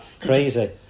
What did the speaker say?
crazy